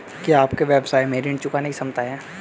क्या आपके व्यवसाय में ऋण चुकाने की क्षमता है?